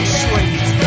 sweet